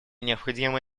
необходимо